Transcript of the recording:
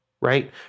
right